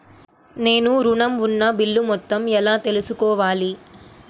నేను ఋణం ఉన్న బిల్లు మొత్తం ఎలా తెలుసుకోవాలి?